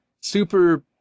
Super